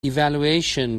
evaluation